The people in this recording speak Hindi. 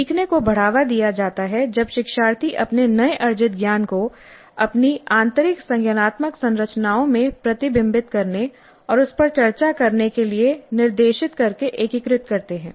सीखने को बढ़ावा दिया जाता है जब शिक्षार्थी अपने नए अर्जित ज्ञान को अपनी आंतरिक संज्ञानात्मक संरचनाओं में प्रतिबिंबित करने और उस पर चर्चा करने के लिए निर्देशित करके एकीकृत करते हैं